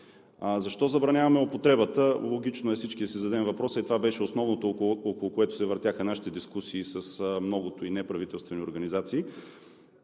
Защо забраняваме употребата? Логично е всички да си зададем въпроса и това беше основното, около което се въртяха нашите дискусии с многото и неправителствени организации.